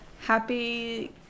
Happy